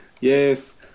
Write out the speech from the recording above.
Yes